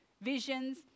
visions